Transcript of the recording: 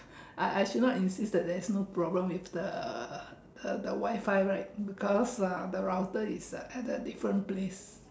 I I still not insist there is no problem with the the the Wi-Fi right because uh the router is uh at the different place